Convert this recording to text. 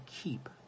keep